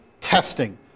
testing